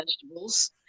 vegetables